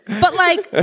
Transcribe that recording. but like, ah